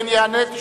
כן יענה, תשמעו.